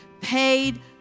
paid